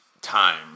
time